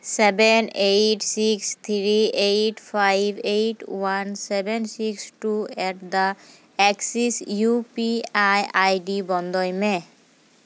seven eight six three eight five eight one seven six two ᱮᱰᱫᱟ access U P I ID ᱵᱚᱱᱫᱚᱭ ᱢᱮ